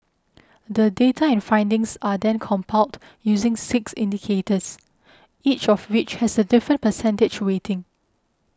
the data and findings are then compiled using six indicators each of which has a different percentage weighting